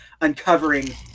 uncovering